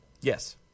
Yes